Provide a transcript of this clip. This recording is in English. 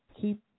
keep